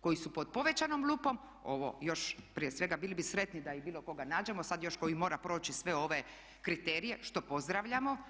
koji su pod povećanom lupom ovo još prije svega bili bi sretni da i bilo koga nađemo sad još koji mora proći sve ove kriterije što pozdravljamo.